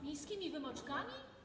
Miejskimi wymoczkami?